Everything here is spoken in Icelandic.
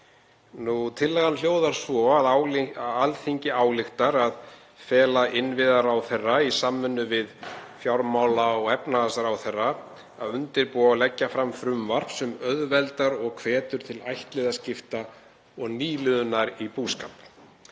Tillagan hljóðar svo: „Alþingi ályktar að fela innviðaráðherra, í samvinnu við fjármála- og efnahagsráðherra, að undirbúa og leggja fram frumvarp sem auðveldar og hvetur til ættliðaskipta og nýliðunar í búskap,